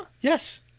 Yes